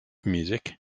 music